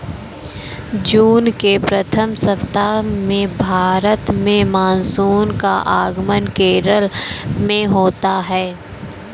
जून के प्रथम सप्ताह में भारत में मानसून का आगमन केरल में होता है